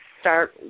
start